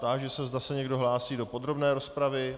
Táži se, zda se někdo hlásí do podrobné rozpravy.